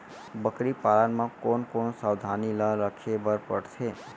बकरी पालन म कोन कोन सावधानी ल रखे बर पढ़थे?